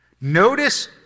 notice